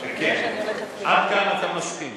עד כאן אתה מסכים.